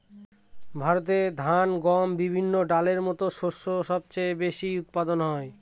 ভারতে ধান, গম, বিভিন্ন ডালের মত শস্য সবচেয়ে বেশি উৎপাদন হয়